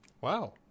Wow